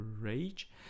rage